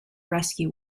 rescue